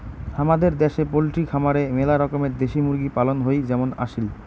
হামাদের দ্যাশে পোলট্রি খামারে মেলা রকমের দেশি মুরগি পালন হই যেমন আসিল